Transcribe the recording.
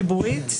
ציבורית,